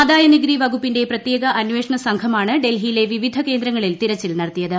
ആദായ നികുതി വകുപ്പിന്റെ പ്രത്യേക അന്വേഷണ സംഘമാണ് ഡൽഹിയിലെ വിവിധ കേന്ദ്രങ്ങളിൽ തിരിച്ചിൽ നടത്തിയത്